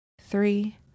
three